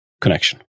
connection